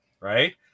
right